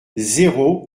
zéro